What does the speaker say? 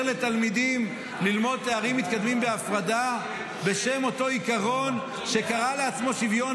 לתלמידים ללמוד תארים מתקדמים בהפרדה בשם אותו עיקרון שקרא לעצמו שוויון,